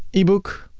ebook,